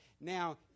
Now